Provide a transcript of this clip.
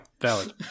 valid